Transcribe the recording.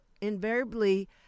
invariably